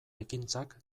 ekintzak